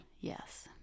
Yes